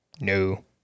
No